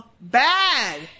bad